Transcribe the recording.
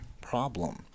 problem